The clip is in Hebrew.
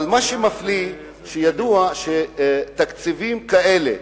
אבל מה שמפליא, ידוע שתקציבים כאלה,